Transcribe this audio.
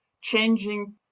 changing